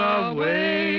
away